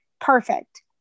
perfect